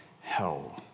hell